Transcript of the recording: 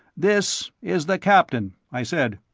this is the captain, i said.